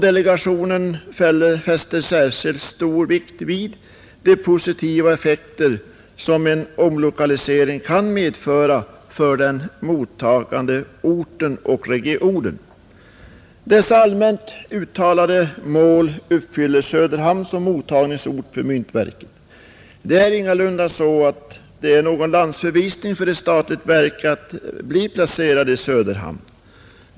Delegationen fäster särskild vikt vid de positiva effekter som en omlokalisering kan medföra för den mottagande orten och regionen. Dessa allmänt uttalade mål uppfyller Söderhamn som mottagningsort för myntoch justeringsverket. Det är ingalunda någon landsförvisning för ett statligt verk att bli placerat i Söderhamn.